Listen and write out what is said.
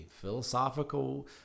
philosophical